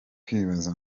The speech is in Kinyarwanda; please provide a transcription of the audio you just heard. kwibaza